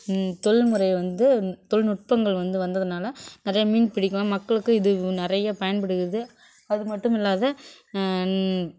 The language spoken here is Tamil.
தொழில் முறை வந்து தொழில் நுட்பங்கள் வந்து வந்ததுனால் நிறைய மீன் பிடிக்கலாம் மக்களுக்கு இது நிறைய பயன்படுகின்றது அது மட்டும் இல்லாது